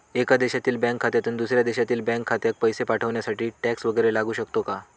एका देशातील बँक खात्यातून दुसऱ्या देशातील बँक खात्यात पैसे पाठवण्यासाठी टॅक्स वैगरे लागू शकतो का?